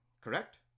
correct